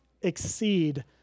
exceed